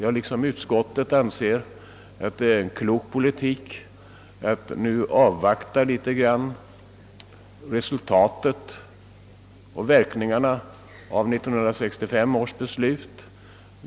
I likhet med utskottet anser jag det därför vara klok politik att avvakta verkningarna av 1965 års beslut.